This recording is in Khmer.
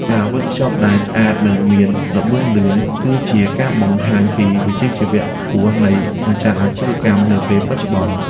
ការវេចខ្ចប់ដែលស្អាតនិងមានល្បឿនលឿន គឺជាការបង្ហាញពីវិជ្ជាជីវៈខ្ពស់នៃម្ចាស់អាជីវកម្មនាពេលបច្ចុប្បន្ន។